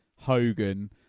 Hogan